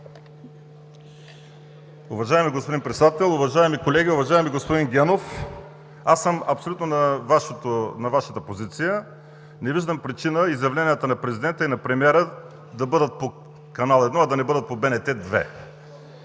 Уважаеми господин Председател, уважаеми колеги! Уважаеми господин Генов, аз съм абсолютно на Вашата позиция. Не виждам причина изявленията на президента и на премиера да бъдат по Канал 1, а да не бъдат по БНТ 2.